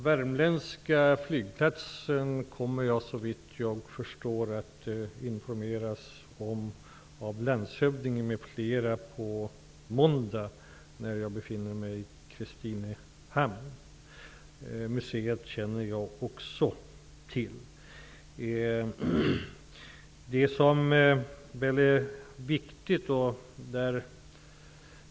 Jag kommer såvitt jag förstår att informeras om den värmländska flygplatsen av landshövdingen m.fl. på måndag när jag befinner mig i Kristinehamn. Jag känner också till museet.